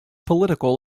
political